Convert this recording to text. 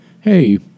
Hey